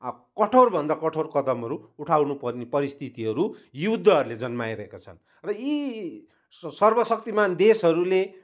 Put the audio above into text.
कठोरभन्दा कठोर कदमहरू उठाउनुपर्ने परिस्थितिहरू युद्धहरूले जन्माइरहेका छन् र यी स सर्वशक्तिमान देशहरूले